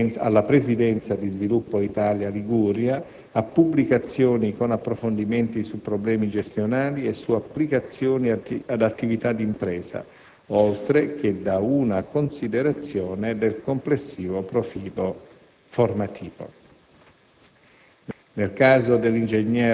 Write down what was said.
dell'INFM, alla Presidenza di Sviluppo Italia Liguria, a pubblicazioni con approfondimenti su problemi gestionali e su applicazioni ad attività d'impresa, oltre che da una considerazione del complessivo profilo formativo.